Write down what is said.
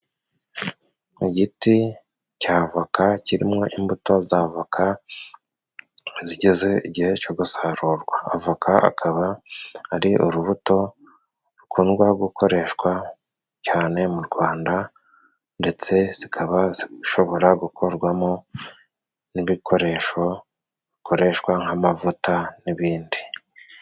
Igiti cya voka， kirimo imbuto za voka zigeze igihe cyo gusarurwa. Avoka akaba ari urubuto rukundwa gukoreshwa cyane mu Rwanda， ndetse zikaba zishobora gukorwamo n'ibikoresho bikoreshwa nk'amavuta n'ibindi.